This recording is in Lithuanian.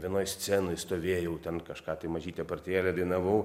vienoj scenoj stovėjau ten kažką tai mažytę partijėlę dainavau